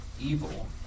evil